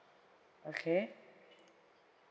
okay